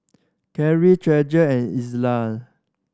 Carry Treasure and Elza